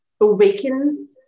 awakens